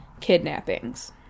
kidnappings